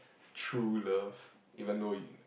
true love even though you